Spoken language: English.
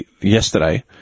Yesterday